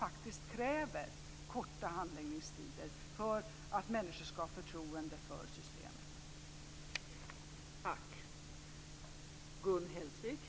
Det kräver faktiskt korta handläggningstider för att människor ska ha förtroende för systemet.